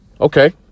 Okay